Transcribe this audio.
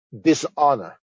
dishonor